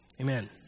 amen